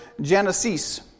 Genesis